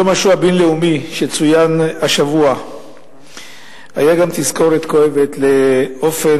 יום השואה הבין-לאומי שצוין השבוע היה גם תזכורת כואבת לאופן